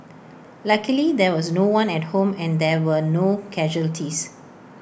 luckily there was no one at home and there were no casualties